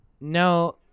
no